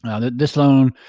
and this this loan,